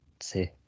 see